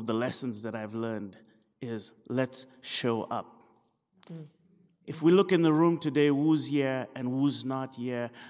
of the lessons that i've learned is let's show up if we look in the room today woozy and lose not